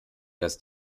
dass